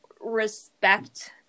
respect